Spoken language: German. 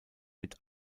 mit